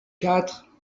quatre